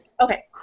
Okay